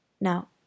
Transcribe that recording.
Now